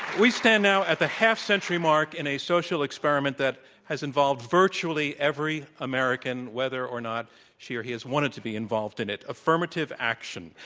we stand now at the half century mark in a social experiment that has involved virtually every american whether or not she or he has wanted to be involved in it affirmative action.